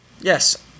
Yes